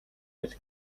аль